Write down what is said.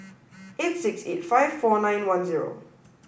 eight six eight five four nine one zero